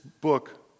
book